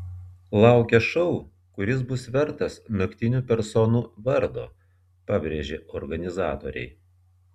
laukia šou kuris bus vertas naktinių personų vardo pabrėžė organizatoriai